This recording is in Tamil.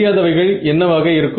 தெரியாதவைகள் என்னவாக இருக்கும்